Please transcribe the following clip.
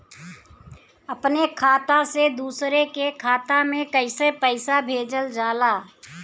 अपने खाता से दूसरे के खाता में कईसे पैसा भेजल जाला?